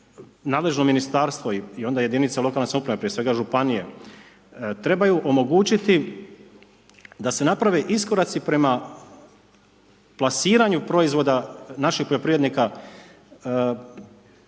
nadležno ministarstvo i onda jedinice lokalne samouprave prije svega županije trebaju omogućiti da se naprave iskoraci prema plasiranje proizvoda naših poljoprivrednika